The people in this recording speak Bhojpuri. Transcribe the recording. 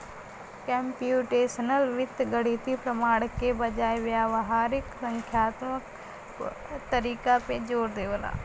कम्प्यूटेशनल वित्त गणितीय प्रमाण के बजाय व्यावहारिक संख्यात्मक तरीका पे जोर देवला